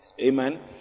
Amen